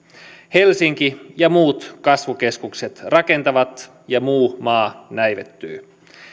helsinki ja muut kasvukeskukset rakentavat ja muu maa näivettyy